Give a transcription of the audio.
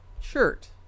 shirt